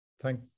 Thank